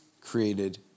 created